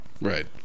Right